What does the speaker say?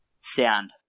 Sound